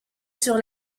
sur